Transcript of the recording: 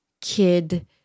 kid